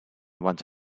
once